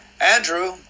Andrew